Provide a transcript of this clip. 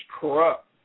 corrupt